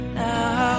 now